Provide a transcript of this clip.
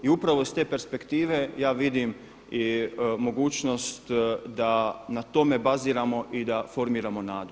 I upravo s te perspektive ja vidim i mogućnost da na tome baziramo i da formiramo nadu.